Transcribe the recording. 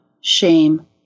shame